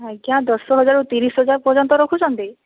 ଆଜ୍ଞା ଦଶ ହଜାରରୁ ତିରିଶ ହଜାର ପର୍ଯ୍ୟନ୍ତ ରଖୁଛନ୍ତି